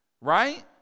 Right